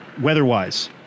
weather-wise